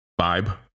vibe